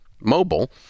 mobile